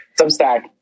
Substack